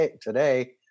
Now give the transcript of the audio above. today